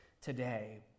today